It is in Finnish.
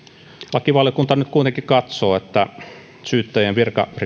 lakivaliokunta nyt kuitenkin katsoo että syyttäjien